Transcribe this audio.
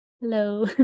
hello